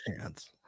chance